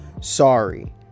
sorry